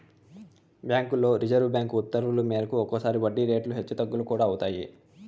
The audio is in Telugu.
బ్యాంకుల్లో రిజర్వు బ్యాంకు ఉత్తర్వుల మేరకు ఒక్కోసారి వడ్డీ రేట్లు హెచ్చు తగ్గులు కూడా అవుతాయి